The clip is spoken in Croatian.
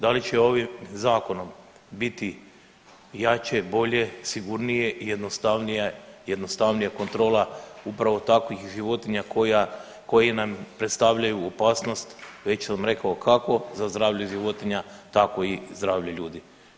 Da li će ovim zakonom biti jače, bolje, sigurnije i jednostavnije, jednostavnija kontrola upravo takvih životinja koja, koji nam predstavljaju opasnost, već sam rekao kakvo, za zdravlje životinja tako i zdravlje ljudi.